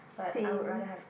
same